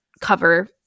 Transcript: cover